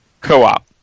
Co-op